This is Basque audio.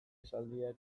esaldiak